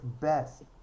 best